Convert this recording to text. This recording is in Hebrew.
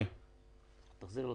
תגיד לנו,